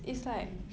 mm